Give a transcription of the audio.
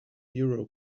euro